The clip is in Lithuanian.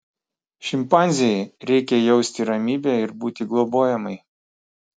šimpanzei reikia jausti ramybę ir būti globojamai